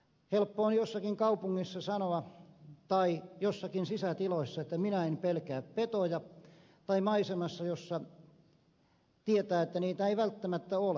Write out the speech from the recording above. helppo on jossakin kaupungissa tai jossakin sisätiloissa sanoa että minä en pelkää petoja tai maisemassa jossa tietää että niitä ei välttämättä ole